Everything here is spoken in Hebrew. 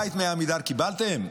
בית מעמידר קיבלתם?